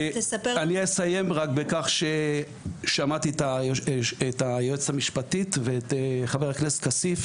אני אסיים רק בכך ששמעתי את היועצת המשפטית ואת חבר הכנסת כסיף,